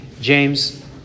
James